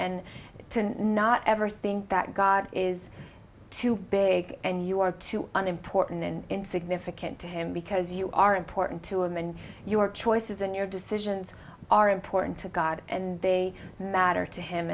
and to not ever think that god is too big and you are too unimportant and insignificant to him because you are important to him and your choices and your decisions are important to god and they matter to him